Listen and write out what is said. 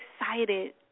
excited